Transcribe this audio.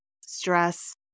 stress